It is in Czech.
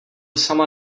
sama